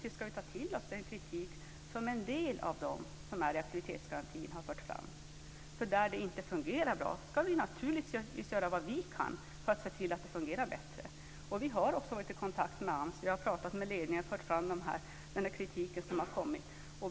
Vi ska ta till oss den kritik som en del av dem som fått del av aktivitetsgarantin har fört fram. Vi ska naturligtvis göra vad vi kan för att se till att det fungerar bättre där det inte fungerar bra i dag. Vi har också varit i kontakt med AMS. Vi har pratat med ledningen och fört fram den kritik som har kommit.